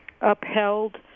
upheld